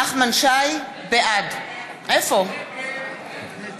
נגד עפר שלח, נגד